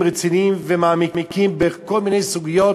דיונים רציניים ומעמיקים בכל מיני סוגיות,